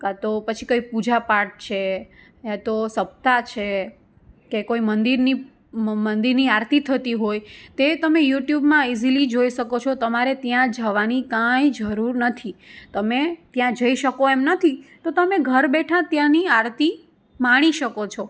કાં તો પછી કંઈ પૂજા પાઠ છે યા તો સપ્તાહ છે કે કોઈ મંદિરની મંદિરની આરતી થતી હોય તે તમે યુટ્યુબમાં ઇઝીલી જોઈ શકો છો તમારે ત્યાં જવાની કંઈ જરૂર નથી તમે ત્યાં જઈ શકો એમ નથી તો તમે ઘર બેઠા ત્યાંની આરતી માણી શકો છો